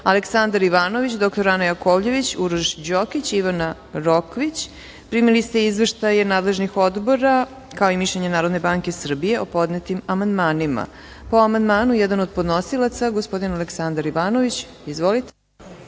Aleksandar Ivanović, dr Ana Jakovljević, Uroš Đokić i Ivana Rokvić. Primili ste izveštaje nadležnih odbora, kao i mišljenje Narodne banke Srbije o podnetim amandmanima. Po amandmanu, jedan od podnosilaca gospodin Aleksandar Ivanović. Izvolite.